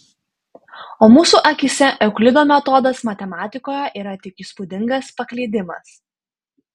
o mūsų akyse euklido metodas matematikoje yra tik įspūdingas paklydimas